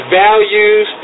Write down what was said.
values